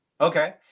Okay